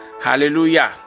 Hallelujah